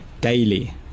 daily